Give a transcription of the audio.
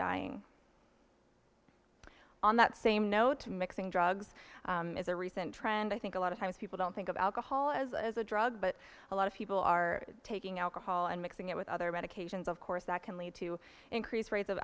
dying on that same note to mixing drugs is a recent trend i think a lot of times people don't think of alcohol as a drug but a lot of people are taking alcohol and mixing it with other medications of course that can lead to increased rates of